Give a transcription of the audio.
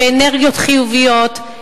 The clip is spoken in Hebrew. ואנרגיות חיוביות,